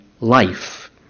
life